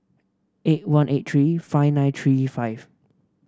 eight one eight three five nine three five